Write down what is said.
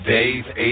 Dave